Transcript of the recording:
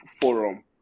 Forum